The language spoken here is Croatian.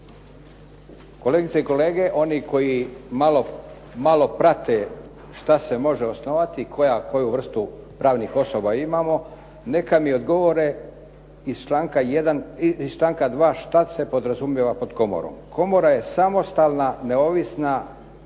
Kolegice i kolege, oni koji malo prate šta se može osnovati, koju vrstu pravnih osoba imamo, neka mi odgovore iz članka 2. šta se podrazumijeva pod komorom. Komora je samostalna, neovisna,